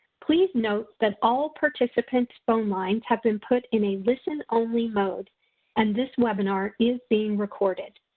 please note that all participants' phone lines have been put in a listen only mode and this webinar is being recorded.